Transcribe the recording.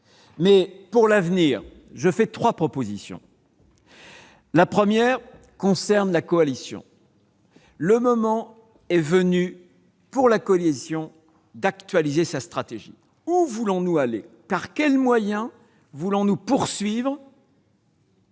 Pour l'avenir, je fais trois propositions. La première concerne la coalition : le moment est venu pour elle d'actualiser sa stratégie. Où voulons-nous aller ? Par quels moyens voulons-nous poursuivre